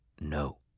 No